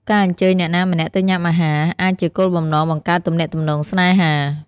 ការអញ្ជើញអ្នកណាម្នាក់ទៅញ៉ាំអាហារ អាចជាគោលបំណងបង្កើតទំនាក់ទំនងស្នេហា។